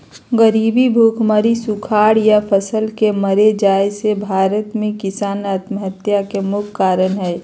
गरीबी, भुखमरी, सुखाड़ या फसल के मर जाय से भारत में किसान आत्महत्या के मुख्य कारण हय